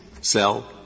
sell